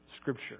Scripture